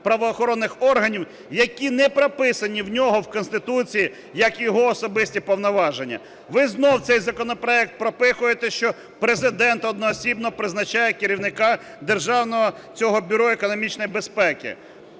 правоохоронних органів, які не прописані в нього в Конституції як його особисті повноваження. Ви знову цей законопроект пропихуєте, що Президент одноосібно призначає керівника державного цього Бюро економічної безпеки.